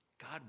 God